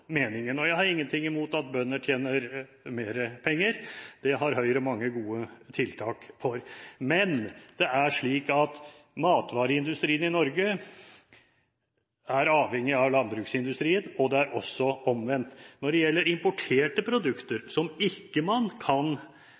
meningen. Jeg har ingenting imot at bønder tjener mer penger, det har Høyre mange gode tiltak for. Men det er slik at matvareindustrien i Norge er avhengig av landbruksindustrien – og omvendt. Når det gjelder importerte produkter, som man ikke kan